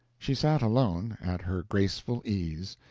she sat alone, at her graceful ease,